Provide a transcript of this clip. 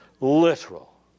literal